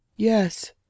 Yes